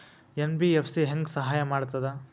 MBFC ಹೆಂಗ್ ಸಹಾಯ ಮಾಡ್ತದ?